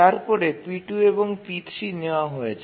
তারপরে p2 এবং p3 নেওয়া হয়েছে